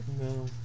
No